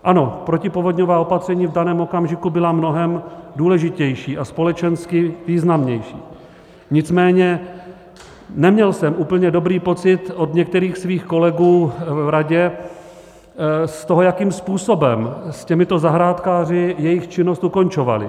Ano, protipovodňová opatření v daném okamžiku byla mnohem důležitější a společensky významnější, nicméně neměl jsem úplně dobrý pocit od některých svých kolegů v radě z toho, jakým způsobem s těmito zahrádkáři jejich činnost ukončovali.